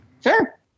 Sure